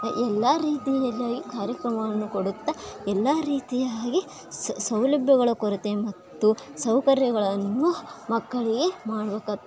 A ಎಲ್ಲ ರೀತಿಯಲ್ಲಿ ಕಾರ್ಯಕ್ರಮಗಳನ್ನು ಕೊಡುತ್ತ ಎಲ್ಲ ರೀತಿಯವಾಗಿ ಸೌಲಭ್ಯಗಳ ಕೊರತೆ ಮತ್ತು ಸೌಕರ್ಯಗಳನ್ನು ಮಕ್ಕಳಿಗೆ ಮಾಡ್ಬಕಾತು